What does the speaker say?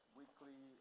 weekly